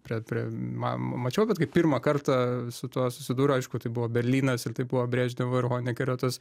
prie prie ma mačiau bet kai pirmą kartą su tuo susidūriau aišku tai buvo berlynas ir tai buvo brežnevo ir honekerio tas